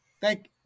Thank